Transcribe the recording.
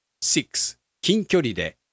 six,近距離で